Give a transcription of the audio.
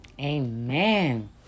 Amen